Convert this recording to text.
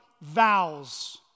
vows